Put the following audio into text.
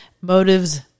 Motives